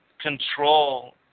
control